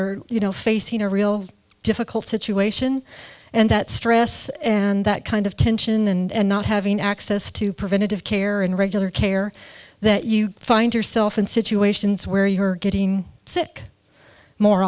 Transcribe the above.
are you know facing a real difficult situation and that stress and that kind of tension and not having access to preventative care and regular care that you find yourself in situations where you are getting sick more